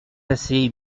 assez